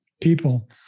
people